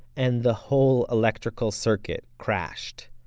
and the whole electrical circuit crashed,